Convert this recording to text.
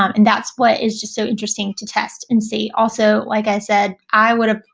um and that's what is just so interesting to test and see. also, like i said, i would've,